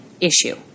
issue